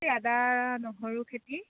আদা নহৰু খেতি